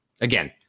again